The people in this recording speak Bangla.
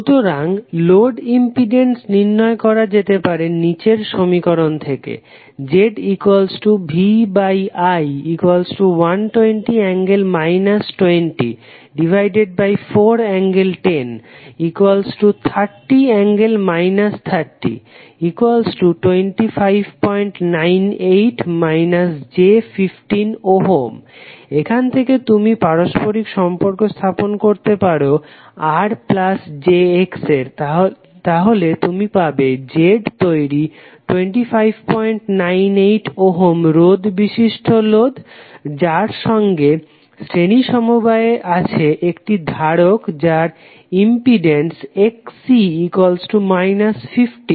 সুতরাং লোড ইম্পিডেন্স নির্ণয় করা যেতে পারে নিচের সমীকরণ থেকে ZVI120∠ 204∠1030∠ 302598 j15 Ω এখান থেকে তুমি পারস্পরিক সম্পর্ক স্থাপন করতে পারো Rjx এর তাহলে তুমি পাবে Z তৈরি 2598 ওহম রোধ বিশিষ্ট লোড যার সঙ্গে শ্রেণী সমবায়ে আছে একটি ধারক যার ইম্পিডেন্স Xc 15